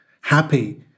happy